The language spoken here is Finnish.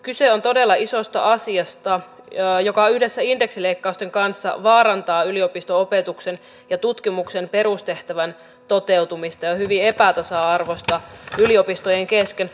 kyse on todella isosta asiasta joka yhdessä indeksileikkausten kanssa vaarantaa yliopisto opetuksen ja tutkimuksen perustehtävän toteutumista ja on hyvin epätasa arvoista yliopistojen kesken